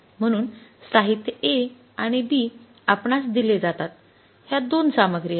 म्हणून साहित्य A आणि B आपणास दिले जातात ह्या दोन सामग्री आहेत